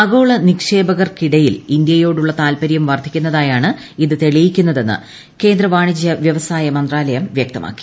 ആഗോള നിക്ഷേപകർക്കിടയിൽ ഇന്ത്യയോടുള്ള താത്പര്യം വർദ്ധിക്കുന്നതായാണ് ഇത് തെളിയിക്കുന്നതെന്ന് കേന്ദ്ര വാണിജ്യ വ്യവസായ മന്ത്രാലയം വ്യക്തമാക്കി